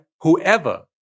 whoever